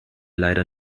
leider